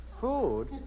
Food